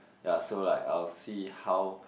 ya so like I will see how